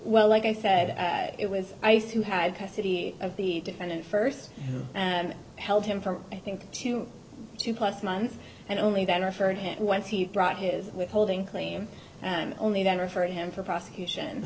well like i said it was ice who had custody of the defendant first and held him from i think two two plus months and only that referred him whence he brought his withholding claim and only then referred him for prosecution